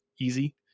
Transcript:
easy